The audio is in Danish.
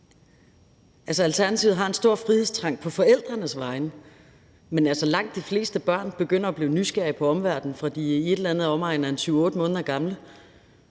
Alternativet har en stor frihedstrang på forældrenes vegne, men langt de fleste børn begynder at blive nysgerrige på omverdenen, fra de er i omegnen af 7-8 måneder gamle;